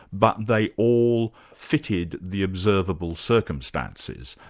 but they all fitted the observable circumstances,